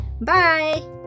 bye